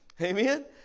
Amen